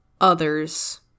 others